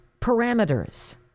parameters